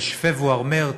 פברואר-מרס,